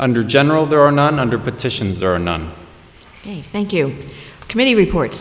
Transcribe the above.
under general there are not under petitions or none thank you committee report